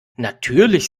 natürlich